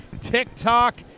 TikTok